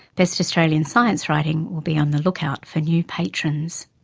best australian science writing will be on the lookout for new patrons.